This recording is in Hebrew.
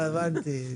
הבנתי.